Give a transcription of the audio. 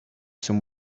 some